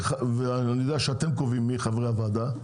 ואני יודע שאתם קובעים מי הם חברי הוועדה,